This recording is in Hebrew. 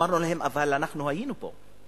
אמרנו להם: אבל אנחנו היינו פה,